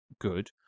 good